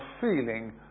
feeling